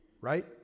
right